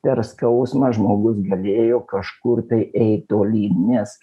per skausmą žmogus galėjo kažkur tai eit tolyn nes